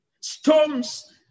Storms